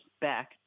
back